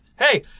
Hey